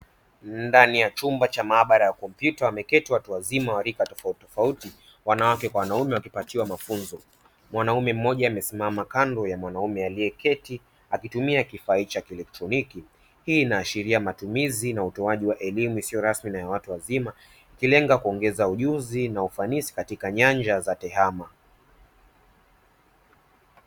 Ndani ya chumba cha maabara ya kompyuta wameketi watu wazima wa rika tofauti tofauti, wanawake kwa wanaume wakipatiwa mafunzo. Mwanamume mmoja amesimama kando ya mwanamume aliyeketi akitumia kifaa cha kielektroniki. Hii inaashiria matumizi na utoaji wa elimu isiyo rasmi na ya watu wazima, ikilenga kuongeza ujuzi na ufanisi katika nyanja za tehama.